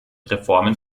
reformen